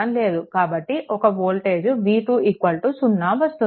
కాబట్టి ఒక voltage v2 0 వస్తుంది